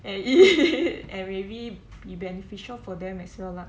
and maybe be beneficial for them as well lah